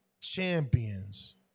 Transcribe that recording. champions